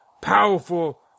powerful